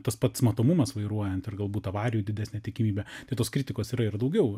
tas pats matomumas vairuojant ir galbūt avarijų didesnė tikimybė tai tos kritikos yra ir daugiau